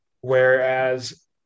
whereas